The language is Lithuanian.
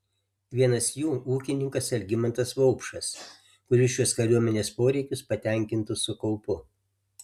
vienas jų ūkininkas algimantas vaupšas kuris šiuos kariuomenės poreikius patenkintų su kaupu